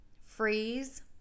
freeze